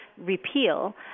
repeal